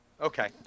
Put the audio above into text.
Okay